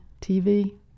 TV